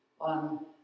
on